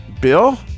Bill